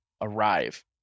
arrive